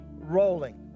rolling